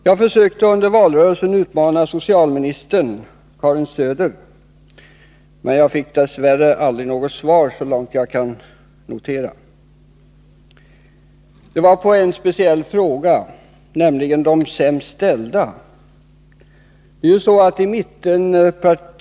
Jag försökte under valrörelsen utmana socialminister Karin Söder, men dess värre fick jag — så långt jag kunde notera — aldrig något svar. Det gällde en speciell fråga, nämligen frågan om de sämst ställda.